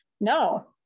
no